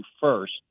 first